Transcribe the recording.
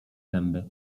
zęby